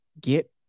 Get